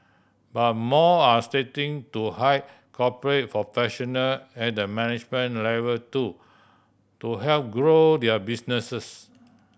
but more are starting to hire corporate professional at the management level too to help grow their businesses